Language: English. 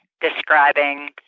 describing